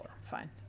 Fine